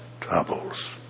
troubles